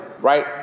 right